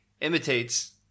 imitates